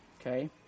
okay